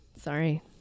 Sorry